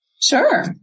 Sure